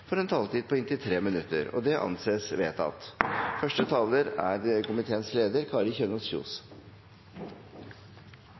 får en taletid på inntil 3 minutter. – Det anses vedtatt.